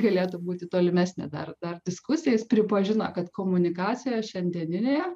galėtų būti tolimesnė dar dar diskusija jis pripažino kad komunikacijoje šiandieninėje